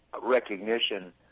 recognition